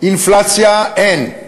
אינפלציה אין,